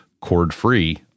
cord-free